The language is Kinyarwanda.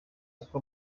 uko